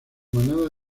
manada